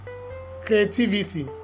creativity